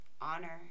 honor